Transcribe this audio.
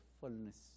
fullness